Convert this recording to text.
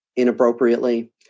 inappropriately